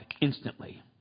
instantly